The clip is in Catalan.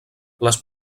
les